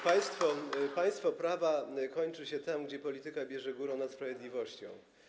Państwo prawa kończy się tam, gdzie polityka bierze górę nad sprawiedliwością.